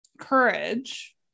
courage